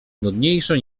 nudniejsze